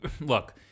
look